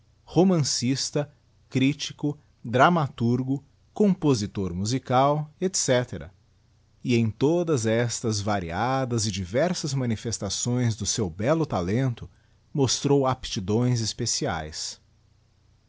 romancista crítico dramaturgo compositor musical etc e em todas estas varíadas e diversas manifestações do seu bello talento mostrou aptidões especiaes